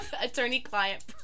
attorney-client